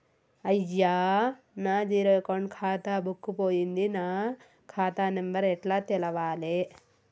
అయ్యా నా zero account ఖాతా బుక్కు పోయింది నా ఖాతా నెంబరు ఎట్ల తెలవాలే?